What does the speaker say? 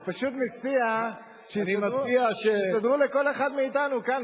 אני פשוט מציע שיסדרו לכל אחד מאתנו כאן,